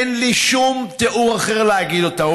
אין לי שום תיאור אחר להגיד אותה.